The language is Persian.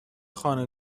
خانه